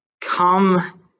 come